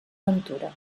ventura